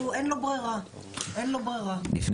אין לו ברירה, אין לו ברירה.